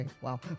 Wow